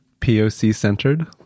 POC-centered